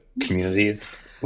communities